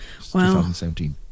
2017